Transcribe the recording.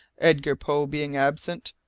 edgar poe being absent,